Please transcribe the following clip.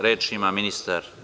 Reč ima ministar.